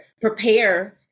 prepare